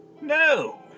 No